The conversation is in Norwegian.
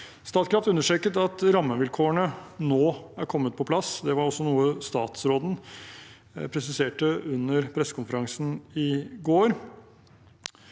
Statkraft understreket at rammevilkårene nå er kommet på plass, og det var også noe statsråden presiserte under pressekonferansen i går.